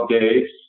days